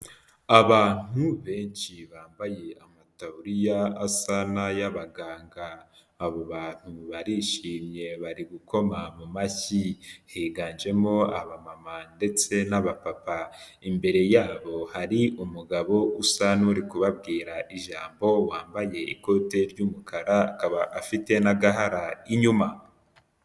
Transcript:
Abantu benshi bambaye amata ya asa n'ay'abaganga abo bantu barishimye bari gukoma mu mashyi higanjemo abamama ndetse n'abapapa imbere yabo hari umugabo usa n'uri kubabwira ijambo wambaye ikote ry'umukara akaba afite n'agahara inyuma.